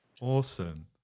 Awesome